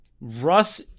Russ